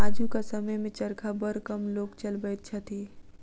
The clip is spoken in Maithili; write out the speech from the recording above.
आजुक समय मे चरखा बड़ कम लोक चलबैत छथि